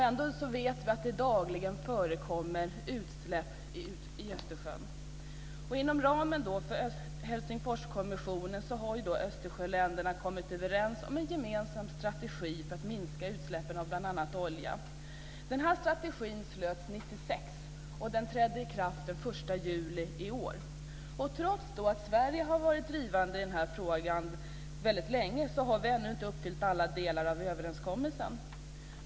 Ändå vet vi att det dagligen förekommer oljeutsläpp i Östersjön. Inom ramen för Helsingforskommissionen har Östersjöländerna kommit överens om en gemensam strategi för att minska utsläppen av bl.a. olja. Den här Östersjöstrategin antogs 1996 och trädde i kraft den 1 Trots att Sverige har varit drivande i den här frågan väldigt länge har vi ännu inte uppfyllt alla delar av överenskommelsen.